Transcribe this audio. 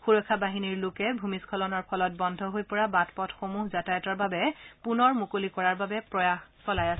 সুৰক্ষা বাহিনীৰ লোকে ভূমিস্বলনৰ ফলত বন্ধ হৈ পৰা বাট পথসমূহ যাতায়াতৰ বাবে পুনৰ মুকলি কৰাৰ বাবে প্ৰয়াস চলাই আছে